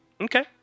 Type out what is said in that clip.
Okay